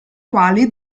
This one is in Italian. quali